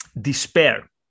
despair